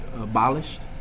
abolished